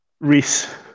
Reese